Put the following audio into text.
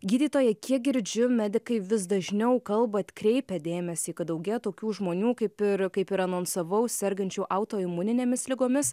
gydytoja kiek girdžiu medikai vis dažniau kalba atkreipia dėmesį kad daugėja tokių žmonių kaip ir kaip ir anonsavau sergančių autoimuninėmis ligomis